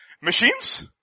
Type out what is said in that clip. machines